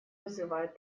вызывают